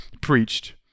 preached